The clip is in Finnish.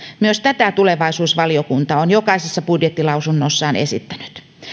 myös tätä tulevaisuusvaliokunta on jokaisessa budjettilausunnossaan esittänyt